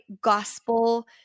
gospel